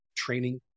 training